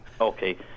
Okay